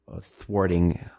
thwarting